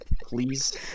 please